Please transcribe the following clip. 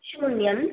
शून्यं